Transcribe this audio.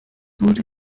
wurde